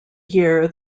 year